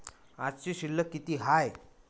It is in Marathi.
आजची शिल्लक किती हाय?